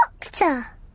doctor